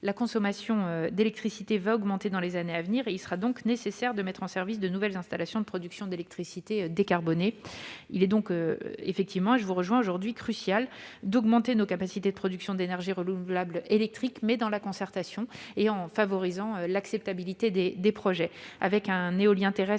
la consommation d'électricité va augmenter dans les années à venir ; il sera donc nécessaire de mettre en service de nouvelles installations de production d'électricité décarbonée. Il est donc en effet crucial d'augmenter nos capacités de production d'énergie renouvelable électrique, mais dans la concertation et en favorisant l'acceptabilité des projets- je vous rejoins. L'éolien terrestre